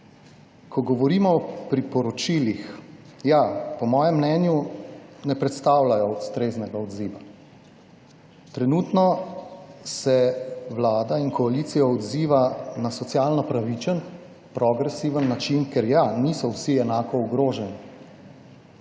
Ko govorimo o priporočilih, ja, po mojem mnenju ne predstavljajo ustreznega odziva. Trenutno se Vlada in koalicija odziva na socialno pravičen, progresiven način, ker ja, niso vsi enako ogroženi